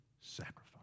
sacrifice